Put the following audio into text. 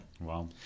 Wow